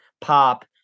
Pop